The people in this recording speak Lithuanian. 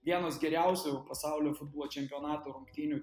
vienos geriausių pasaulio futbolo čempionato rungtynių